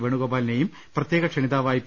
വേണുഗോപാലിനെയും പ്രത്യേക ക്ഷണിതാവായി പി